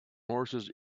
horses